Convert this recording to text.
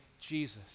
Jesus